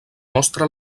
mostra